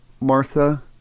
Martha